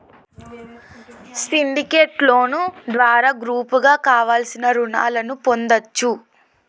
syndicate loan ద్వారా గ్రూపుగా కావలసిన రుణాలను పొందచ్చు